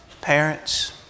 parents